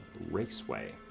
raceway